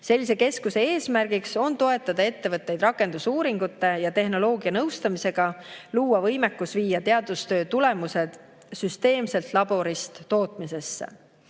Sellise keskuse eesmärk on toetada ettevõtteid rakendusuuringute ja tehnoloogianõustamisega, et luua võimekus viia teadustöö tulemused süsteemselt laborist tootmisesse.